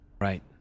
Right